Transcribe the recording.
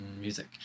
music